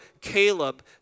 Caleb